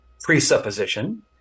presupposition